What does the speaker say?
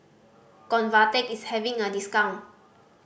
convatec is having a discount